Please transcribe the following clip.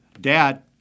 Dad